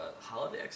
Holiday